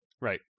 Right